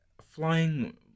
Flying